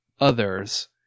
others